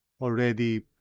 already